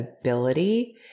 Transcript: ability